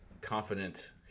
confident